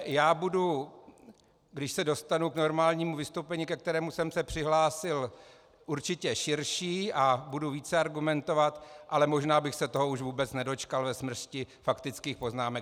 Já budu, když se dostanu k normálnímu vystoupení, ke kterému jsem se přihlásil, určitě širší a budu více argumentovat, ale možná bych se toho už vůbec nedočkal ve smršti faktických poznámek.